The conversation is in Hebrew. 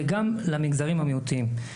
וגם למגזרים המיעוטים.